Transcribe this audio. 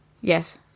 Yes